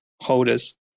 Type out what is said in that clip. holders